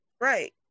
Right